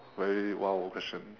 very !wow! question